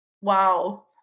Wow